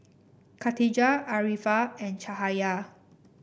Katijah Arifa and Cahaya